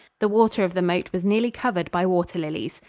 the water of the moat was nearly covered by water-lilies.